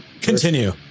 Continue